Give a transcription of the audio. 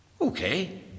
Okay